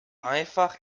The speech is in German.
einfach